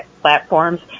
platforms